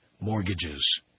mortgages